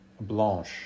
Blanche